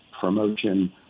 promotion